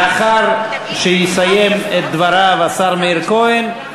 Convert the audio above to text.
לאחר שיסיים את דבריו השר מאיר כהן,